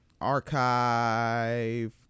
Archive